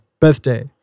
birthday